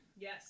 Yes